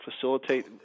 facilitate